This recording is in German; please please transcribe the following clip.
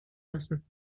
lassen